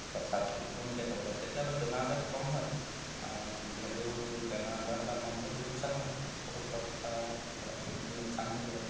অলপ চাফ চিকুণকৈ থ'ব লাগে তেতিয়া অলপ বেমাৰ আজাৰটো কম হয় যিহেতু বেমাৰ আজাৰ হ'লে আমাৰ বহুতো লোকচান হয় বহুত টকা লোকচান হৈ যায়